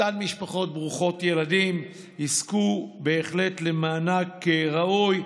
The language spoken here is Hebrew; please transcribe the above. אותן משפחות ברוכות ילדים יזכו בהחלט למענק ראוי,